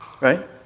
right